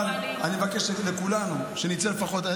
אבל אני מבקש מכולנו שנצא לפחות,